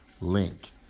link